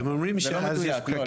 הם אומרים שאז יש פקקים.